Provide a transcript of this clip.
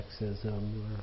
sexism